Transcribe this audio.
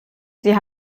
sie